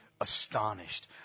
astonished